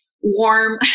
warm